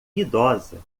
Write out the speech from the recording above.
idosa